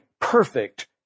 perfect